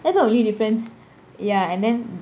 that's the only difference ya and then